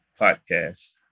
podcast